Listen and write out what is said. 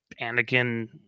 Anakin